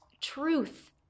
truth